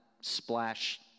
splash